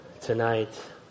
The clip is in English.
tonight